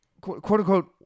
quote-unquote